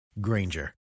Granger